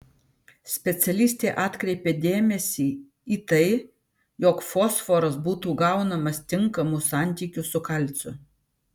specialistė atkreipia dėmesį į tai jog fosforas būtų gaunamas tinkamu santykiu su kalciu